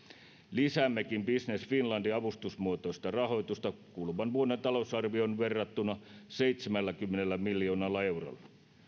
lisäämmekin business finlandin avustusmuotoista rahoitusta kuluvan vuoden talousarvioon verrattuna seitsemälläkymmenellä miljoonalla eurolla